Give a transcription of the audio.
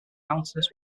mountainous